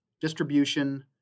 distribution